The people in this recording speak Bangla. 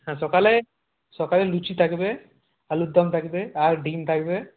হ্যাঁ সকালে সকালে লুচি থাকবে আলুর দম থাকবে আর ডিম থাকবে